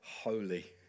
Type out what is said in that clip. holy